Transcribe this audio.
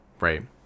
Right